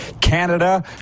Canada